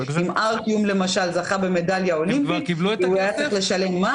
אם- -- זכה במדליה אולימפית, היה צריך לשלם מס